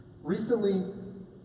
Recently